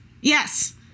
Yes